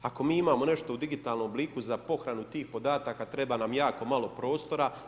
Ako mi imamo nešto u digitalnom obliku za pohranu tih podataka, treba nam jako malo prostora.